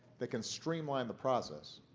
that can streamline the process.